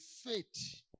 faith